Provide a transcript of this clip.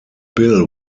bill